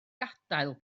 gadael